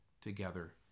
together